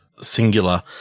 singular